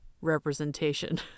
representation